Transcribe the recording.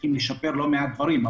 צריכים לשפר לא מעט דברים.